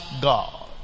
God